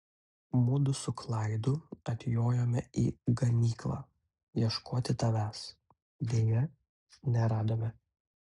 mudu su klaidu atjojome į ganyklą ieškoti tavęs deja neradome